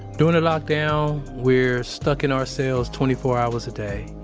during a lockdown, we're stuck in our cells twenty four hours a day.